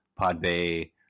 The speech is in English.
Podbay